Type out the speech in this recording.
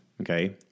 okay